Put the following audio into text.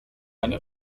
eine